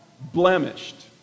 blemished